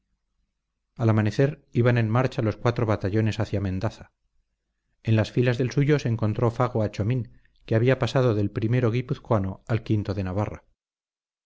al amanecer iban en marcha los cuatro batallones hacia mendaza en las filas del suyo se encontró fago a chomín que había pasado del o guipuzcoano al o de navarra